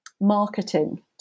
marketing